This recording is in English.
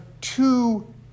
two